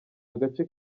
agace